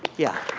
yeah.